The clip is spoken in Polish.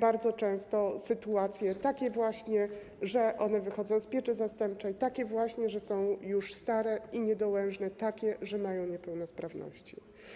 bardzo często sytuacje, takie właśnie, że one wychodzą z pieczy zastępczej, takie właśnie, że są już stare i niedołężne, takie, że mają niepełnosprawności.